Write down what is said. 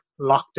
lockdown